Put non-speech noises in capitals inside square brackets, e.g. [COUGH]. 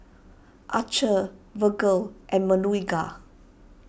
Archer Virgle and [UNINTELLIGIBLE]